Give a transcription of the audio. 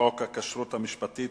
הכשרות המשפטית